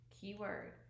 keyword